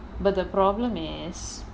but the problem is